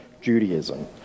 Judaism